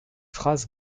phrase